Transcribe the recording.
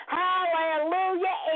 hallelujah